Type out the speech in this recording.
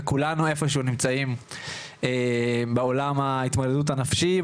וכולנו איפשהו נמצאים בעולם ההתמודדות הנפשי,